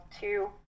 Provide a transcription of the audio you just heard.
two